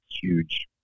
huge